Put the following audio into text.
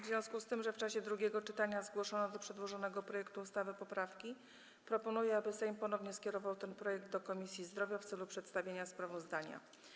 W związku z tym, że w czasie drugiego czytania zgłoszono do przedłożonego projektu ustawy poprawki, proponuję, aby Sejm ponownie skierował ten projekt do Komisji Zdrowia w celu przedstawienia sprawozdania.